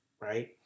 right